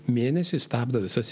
mėnesiui stabdo visas